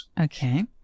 okay